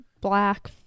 black